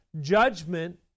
judgment